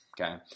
Okay